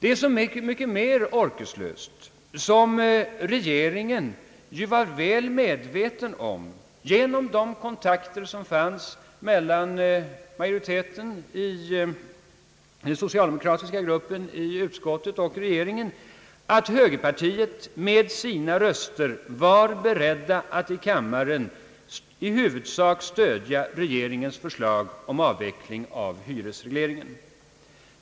Det är så mycket mer orkeslöst som regeringen — genom de kontakter som fanns mellan den socialdemokratiska gruppen i utskottet och regeringen — ju var väl medveten om att högerpartiets representanter med sina röster var beredda att i kammaren i huvudsak stödja regeringens förslag om avveckling av hyresregleringen.